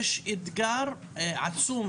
יש אתגר עצום